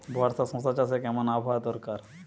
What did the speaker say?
বর্ষার শশা চাষে কেমন আবহাওয়া দরকার?